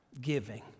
giving